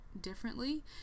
differently